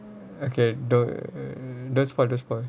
okay don't spoil don't spoil